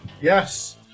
Yes